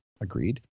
Agreed